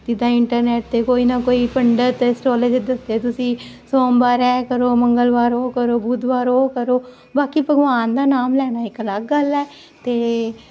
ਜਿੱਦਾਂ ਇੰਟਰਨੈਟ ਤੇ ਕੋਈ ਨਾ ਕੋਈ ਪੰਡਤ ਇਸਟੋਲੇਜ ਦੱਸਦੇ ਤੁਸੀਂ ਸੋਮਵਾਰ ਐ ਕਰੋ ਮੰਗਲਵਾਰ ਉਹ ਕਰੋ ਬੁੱਧਵਾਰ ਉਹ ਕਰੋ ਬਾਕੀ ਭਗਵਾਨ ਦਾ ਨਾਮ ਲੈਣਾ ਇੱਕ ਅਲੱਗ ਗੱਲ ਹੈ ਤੇ